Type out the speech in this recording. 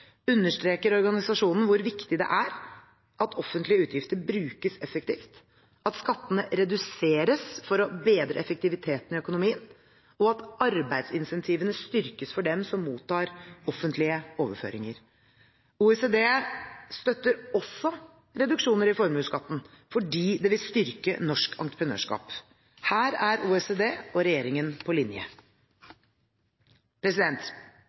understreker organisasjonen hvor viktig det er at offentlige utgifter brukes effektivt, at skattene reduseres for å bedre effektiviteten i økonomien, og at arbeidsincentivene styrkes for dem som mottar offentlige overføringer. OECD støtter også reduksjoner i formuesskatten, fordi det vil styrke norsk entreprenørskap. Her er OECD og regjeringen på